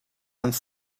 and